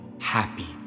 happy